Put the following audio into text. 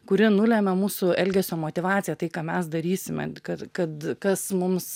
kuri nulemia mūsų elgesio motyvaciją tai ką mes darysime kad kad kas mums